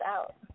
out